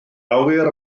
awyr